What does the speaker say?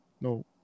No